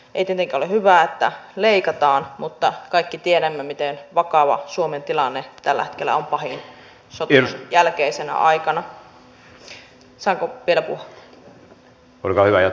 ei tietenkään ole hyvä että leikataan mutta kaikki tiedämme miten vakava suomen tilanne tällä hetkellä on pahin sotien jälkeisenä aikana